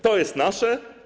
To jest nasze.